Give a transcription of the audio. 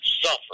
suffer